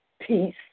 Peace